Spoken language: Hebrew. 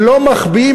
ולא מחביאים.